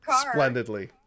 splendidly